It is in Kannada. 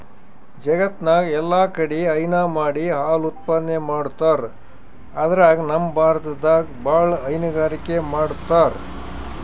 ಜಗತ್ತ್ನಾಗ್ ಎಲ್ಲಾಕಡಿ ಹೈನಾ ಮಾಡಿ ಹಾಲ್ ಉತ್ಪಾದನೆ ಮಾಡ್ತರ್ ಅದ್ರಾಗ್ ನಮ್ ಭಾರತದಾಗ್ ಭಾಳ್ ಹೈನುಗಾರಿಕೆ ಮಾಡ್ತರ್